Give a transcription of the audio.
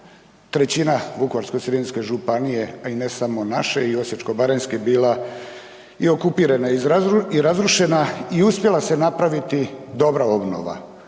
trećina Vukovarsko-srijemske županije, a i ne samo naše i Osječko-baranjske bila i okupirana i razrušena i uspjela se napraviti dobra obnova.